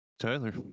Tyler